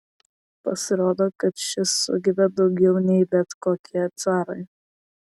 pasirodo kad šis sugeba daugiau nei bet kokie carai